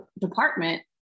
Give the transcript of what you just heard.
department